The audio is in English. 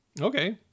Okay